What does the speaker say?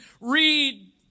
read